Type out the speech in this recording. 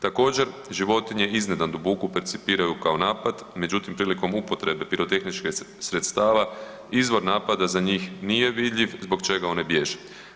Također životinje iznenadnu buku percipiraju kao napad, međutim prilikom upotrebe pirotehničkih sredstva izvor napada za njih nije vidljiv zbog čega one bježe.